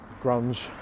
grunge